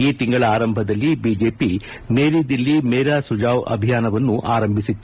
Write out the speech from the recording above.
ಈ ತಿಂಗಳ ಆರಂಭದಲ್ಲಿ ಬಿಜೆಪಿ ಮೇರಿ ದಿಲ್ಲಿ ಮೇರಾ ಸುಜಾವ್ ಅಭಿಯಾನವನ್ನು ಆರಂಭಿಸಿತ್ತು